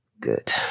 Good